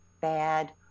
bad